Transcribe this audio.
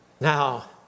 Now